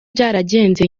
byaragenze